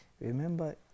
Remember